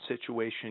situation